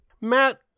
Matt